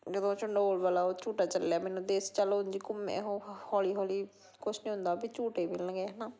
ਜਦੋਂ ਚੰਡੋਲ ਵਾਲਾ ਉਹ ਝੂਟਾ ਚੱਲਿਆ ਮੈਨੂੰ ਦੇਸ ਚੱਲ ਉਂਝ ਹੀ ਘੁੰਮਿਆ ਉਹ ਹੌਲੀ ਹੌਲੀ ਕੁਛ ਨਹੀਂ ਹੁੰਦਾ ਵੀ ਝੂਠੇ ਮਿਲਣਗੇ ਹੈ ਨਾ